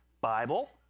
Bible